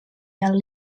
del